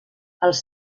els